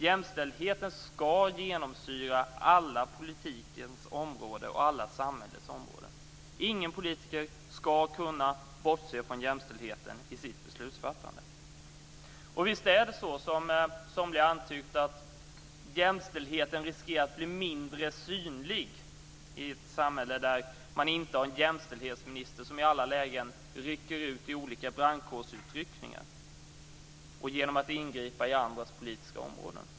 Jämställdheten skall genomsyra alla politikens och alla samhällets områden. Ingen politiker skall kunna bortse från jämställdheten i sitt beslutsfattande. Visst är det så, som somliga har antytt, att jämställdheten riskerar att bli mindre synlig i ett samhälle där man inte har en jämställdhetsminister som i alla lägen gör olika brandkårsutryckningar och ingripanden på andras politiska områden.